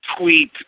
tweet